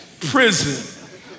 prison